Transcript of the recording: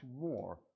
more